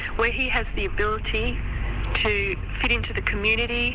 where he has the ability to fit into the community